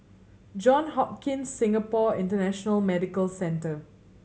Johns Hopkins Singapore International Medical Centre